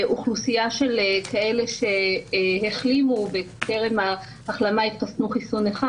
אוכלוסיה של כאלה החלימו בטרם ההחלמה קיבלו חיסון אחד,